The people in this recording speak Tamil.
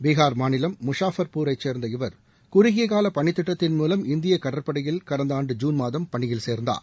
பீஹார் மாநிலம் முஷாபர்பூரைச் சேர்ந்த இவர் குறுகிய கால பணித்திட்டத்தின் மூலம் இந்திய கடற்படையில் கடந்த ஆண்டு ஜுன் மாதம் பணியில் சேர்ந்தார்